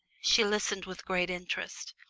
she listened with great interest.